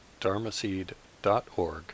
dharmaseed.org